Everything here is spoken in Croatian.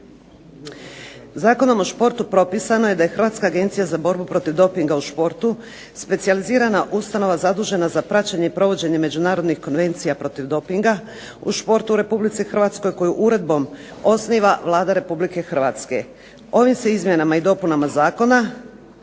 Zakonom o športu je propisano da je Hrvatska agencija protiv dopinga u športu specijalizirana ustanova zadužena za praćenje i provođenje međunarodnih konvencija protiv dopinga, u športu u Republici Hrvatskoj koju uredbom osniva Vlada Republike Hrvatske. Ovim se izmjenama i dopunama Zakona